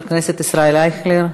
חבר הכנסת ישראל אייכלר,